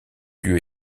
lieu